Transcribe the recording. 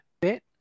bit